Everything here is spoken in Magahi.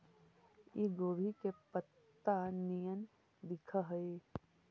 इ गोभी के पतत्ता निअन दिखऽ हइ